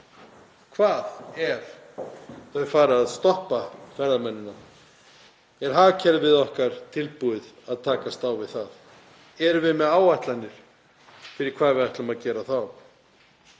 Hvað ef þau fara að stoppa ferðamennina? Er hagkerfið okkar tilbúið að takast á við það? Erum við með áætlanir um það hvað við ætlum að gera þá?